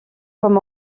comme